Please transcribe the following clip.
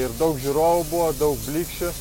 ir daug žiūrovų buvo daug blyksčių